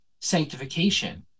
sanctification